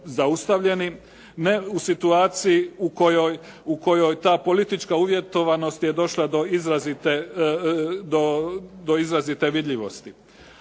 zaustavljeni ne u situaciji u kojoj ta politička uvjetovanost je došla do izrazite vidljivosti.